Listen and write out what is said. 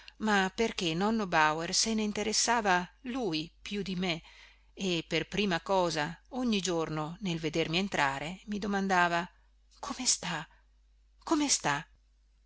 ma perché nonno bauer se ne interessava lui più di me e per prima cosa ogni giorno nel vedermi entrare mi domandava come sta come sta